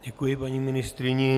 Děkuji paní ministryni.